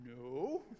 No